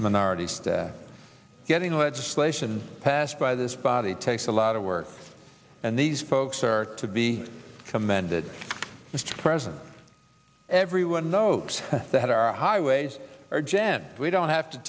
minorities getting legislation passed by this body takes a lot of work and these folks are to be commended mr president everyone knows that our highways are jen we don't have to